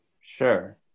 Sure